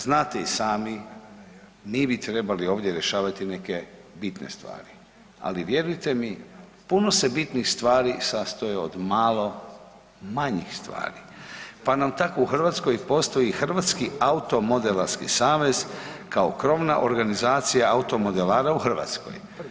Znate i sami mi bi trebali ovdje rješavati neke bitne stvari, ali vjerujte mi puno se bitnih stvari sastoje od malo manjih stvari, pa nam tako u Hrvatskoj postoji Hrvatski automodelarski savez kao krovna organizacija Automodelara u Hrvatskoj.